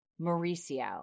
Mauricio